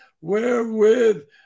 wherewith